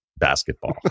basketball